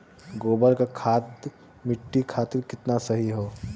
गोबर क खाद्य मट्टी खातिन कितना सही ह?